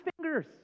fingers